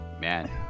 Man